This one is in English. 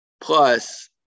Plus